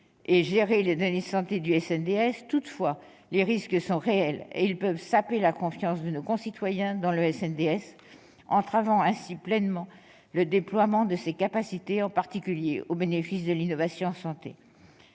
et gérer les données de santé du SNDS. Toutefois, les risques sont réels et ils peuvent saper la confiance de nos concitoyens dans le SNDS, entravant ainsi le plein déploiement de ses capacités, en particulier au bénéfice de l'innovation en santé.